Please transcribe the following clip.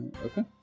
Okay